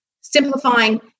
simplifying